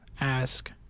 ask